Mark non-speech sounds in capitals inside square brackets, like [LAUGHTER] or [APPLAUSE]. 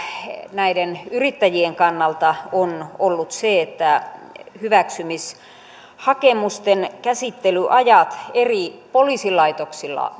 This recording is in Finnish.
näiden yrittäjien kannalta on ollut se että hyväksymishakemusten käsittelyajat eri poliisilaitoksilla [UNINTELLIGIBLE]